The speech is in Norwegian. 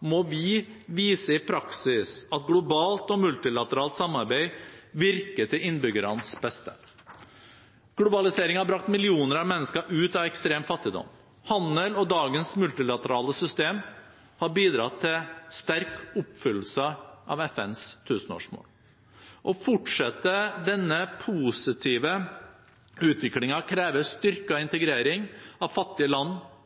må vi vise i praksis at globalt og multilateralt samarbeid virker til innbyggernes beste. Globalisering har brakt millioner av mennesker ut av ekstrem fattigdom. Handel og dagens multilaterale system har bidratt til sterk